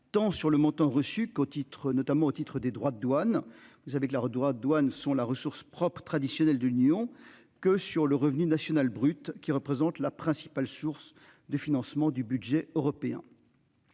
tant sur le montant reçu qu'au titre, notamment au titre des droits de douane. Vous savez que leurs droits de douane sont la ressource propre traditionnelles d'union que sur le revenu national brut qui représente la principale source de financement du budget européen.